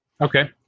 Okay